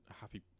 happy